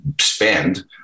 spend